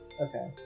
Okay